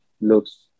looks